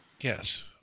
Yes